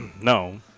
No